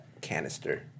canister